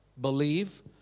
believe